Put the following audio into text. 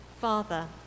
Father